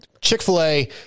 chick-fil-a